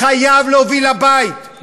חייבת להוביל לבית,